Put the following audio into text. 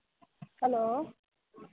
hello